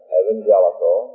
evangelical